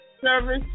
service